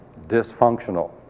dysfunctional